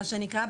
מה שנקרא,